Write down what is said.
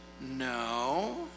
No